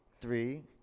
three